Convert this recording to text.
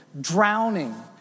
drowning